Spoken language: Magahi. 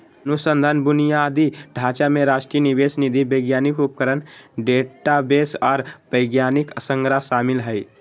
अनुसंधान बुनियादी ढांचा में राष्ट्रीय निवेश निधि वैज्ञानिक उपकरण डेटाबेस आर वैज्ञानिक संग्रह शामिल हइ